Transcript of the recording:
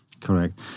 Correct